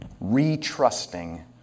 re-trusting